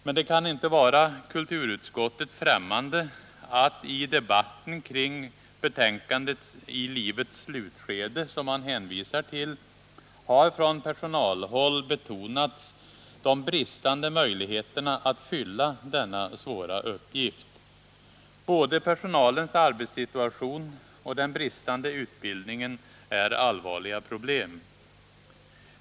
Men det kan inte vara kulturutskottet främmande attidebatten kring betänkandet I livets slutskede, som man hänvisar till, från personalhåll har betonats de bristande möjligheterna att fylla denna svåra uppgift. Både personalens arbetssituation och den bristande utbildningen är allvarliga problem.